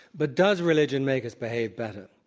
but does religion make us behave better?